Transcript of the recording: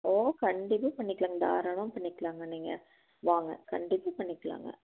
ஓ கண்டிப்பாக பண்ணிக்கலாங் தாராளமாக பண்ணிக்கலாங்க நீங்கள் வாங்க கண்டிப்பாக பண்ணிக்கலாங்க